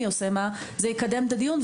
אז זה יקדם את הדיון.